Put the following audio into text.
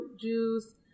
juice